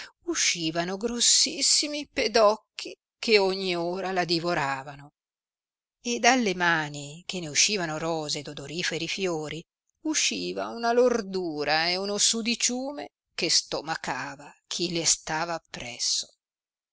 uscivano grossissimi pedocchi che ogni ora la divoravano e dalle mani che ne uscivano rose ed odoriferi fiori usciva una lordura e uno sucidume che stomacava chi le stava appresso